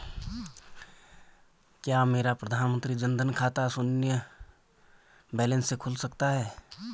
क्या मेरा प्रधानमंत्री जन धन का खाता शून्य बैलेंस से खुल सकता है?